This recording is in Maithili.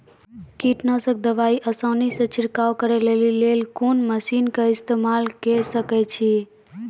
कीटनासक दवाई आसानीसॅ छिड़काव करै लेली लेल कून मसीनऽक इस्तेमाल के सकै छी?